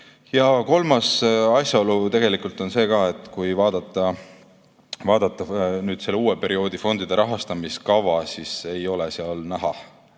Kolmas asjaolu on see, et kui vaadata nüüd selle uue perioodi fondide rahastamiskava, siis ei ole seal näha,